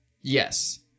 Yes